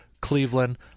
Cleveland